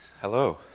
hello